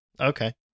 Okay